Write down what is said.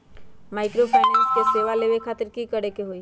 Microfinance के सेवा लेबे खातीर की करे के होई?